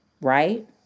right